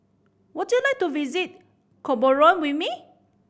would you like to visit Gaborone with me